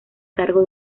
cargo